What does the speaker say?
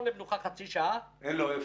למנוחה חצי שעה --- אין לו איפה.